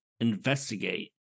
investigate